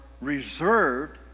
reserved